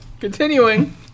continuing